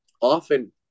often